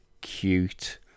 cute